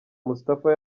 moustapha